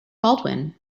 baldwin